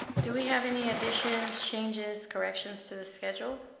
do we have any additions changes corrections to the schedule